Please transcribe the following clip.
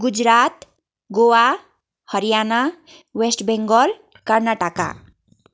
Gujarat Goa Haryana West Bengal Karnataka